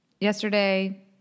yesterday